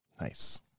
Nice